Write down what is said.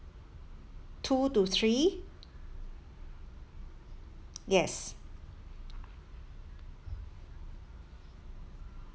two to three yes